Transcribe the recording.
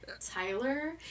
Tyler